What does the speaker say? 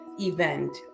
event